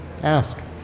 ask